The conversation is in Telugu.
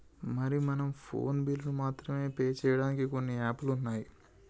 మరి మనం ఫోన్ బిల్లులు మాత్రమే పే చేయడానికి కొన్ని యాప్లు ఉన్నాయి